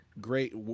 great